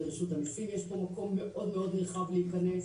לרשות המיסים יש פה מקום מאוד מאוד מורחב להיכנס.